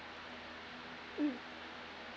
mm